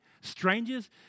strangers